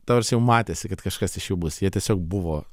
ta prasme jau matėsi kad kažkas iš jų bus jie tiesiog buvo